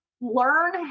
learn